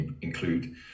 include